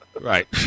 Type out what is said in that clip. Right